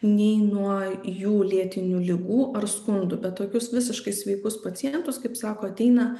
nei nuo jų lėtinių ligų ar skundų bet tokius visiškai sveikus pacientus kaip sako ateina